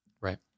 Right